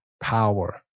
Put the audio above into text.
power